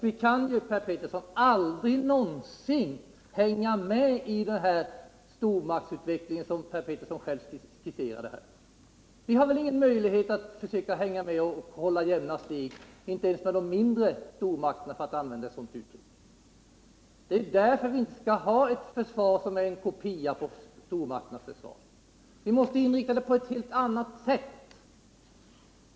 Vi kan ju, Per Petersson, aldrig någonsin hänga med i den stormaktsutveckling som Per Petersson själv skisserade. Vi kan inte hålla jämna steg ens med de mindre stormakterna — för att nu använda ett sådant uttryck. Därför skall vi inte ha ett försvar, som är en kopia av stormakternas försvar. Vi måste inrikta vårt försvar på ett helt annat sätt.